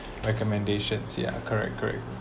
recommendations ya correct correct